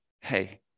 Hey